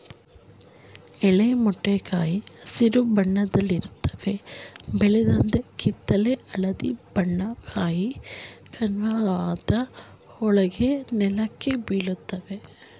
ಎಳೆ ಮೊಟ್ಟೆ ಕಾಯಿ ಹಸಿರು ಬಣ್ಣದಲ್ಲಿರುತ್ವೆ ಬೆಳೆದಂತೆ ಕಿತ್ತಳೆ ಹಳದಿ ಬಣ್ಣ ಕಾಯಿ ಪಕ್ವವಾದಾಗ ಹೋಳಾಗಿ ನೆಲಕ್ಕೆ ಬೀಳ್ತವೆ